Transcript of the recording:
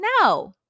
No